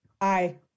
Aye